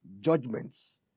Judgments